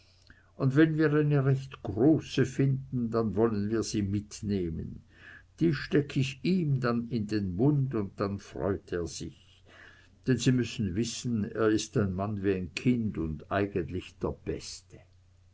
und wenn wir eine recht große finden dann wollen wir sie mitnehmen die steck ich ihm dann in den mund und dann freut er sich denn sie müssen wissen er ist ein mann wie n kind und eigentlich der beste